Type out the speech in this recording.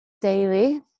daily